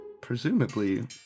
presumably